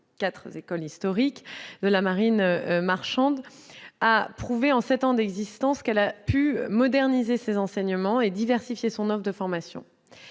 quatre écoles historiques de la marine marchande, a prouvé, en sept ans d'existence, qu'elle pouvait moderniser ses enseignements et diversifier son offre de formation.